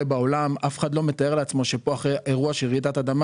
אף אחד לא מתאר לעצמו שאחרי אירוע של רעידת אדמה